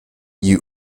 you